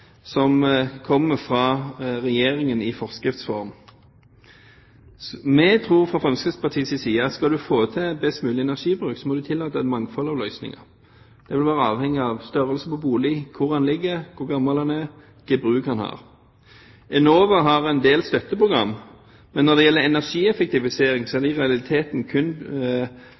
som kommer fra Regjeringen i forskrifts form. Vi tror fra Fremskrittspartiets side at skal en få til best mulig energibruk, må en tillate et mangfold av løsninger, avhengig av størrelse på bolig, hvor den ligger, hvor gammel den er, hva slags bruk den har. Enova har en del støtteprogram, men når det gjelder energieffektivisering, er det i realiteten kun